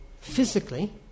Physically